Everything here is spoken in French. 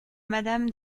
madame